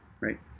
right